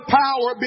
power